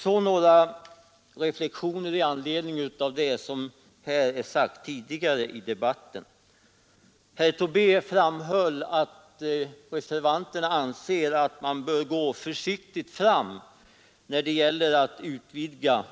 Så några reflexioner i anledning av det som sagts tidigare i debatten. Herr Tobé framhöll att reservanterna anser att man bör gå försiktigt fram när det gäller att utvidga